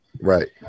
Right